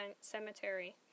cemetery